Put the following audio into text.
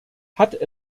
hat